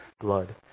blood